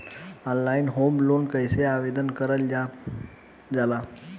Online home loan कैसे आवेदन करल जा ला?